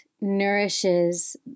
nourishes